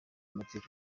amategeko